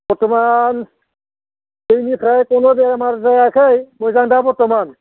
बर्थ'मान दैनिफ्राय खुनु बेमार जायाखै मोजां दा बर्थ'मान